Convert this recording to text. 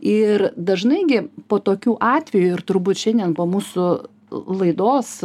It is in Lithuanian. ir dažnai gi po tokių atvejų ir turbūt šiandien po mūsų laidos